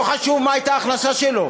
לא חשוב מה הייתה ההכנסה שלו,